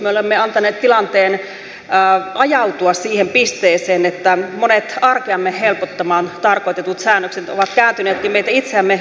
me olemme antaneet tilanteen ajautua siihen pisteeseen että monet arkeamme helpottamaan tarkoitetut säännökset ovat kääntyneetkin meitä itseämme vastaan